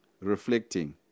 reflecting